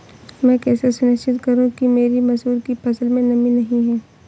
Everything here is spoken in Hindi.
मैं कैसे सुनिश्चित करूँ कि मेरी मसूर की फसल में नमी नहीं है?